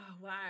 wow